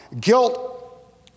Guilt